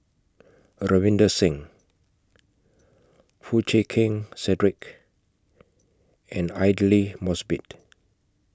Ravinder Singh Foo Chee Keng Cedric and Aidli Mosbit